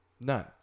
None